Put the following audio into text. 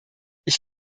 ich